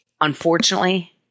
Unfortunately